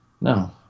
No